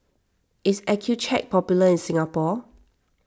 is Accucheck popular in Singapore